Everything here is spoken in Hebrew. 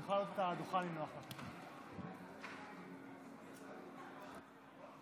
טוב אז אני מתכבדת להניח בפניכם חוק מאוד מאוד